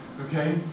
Okay